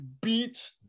beat